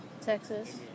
Texas